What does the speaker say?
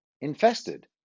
infested